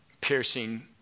piercing